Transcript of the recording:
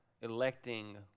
electing